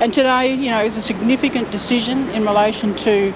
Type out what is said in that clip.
and today you know was a significant decision in relation to